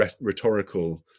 rhetorical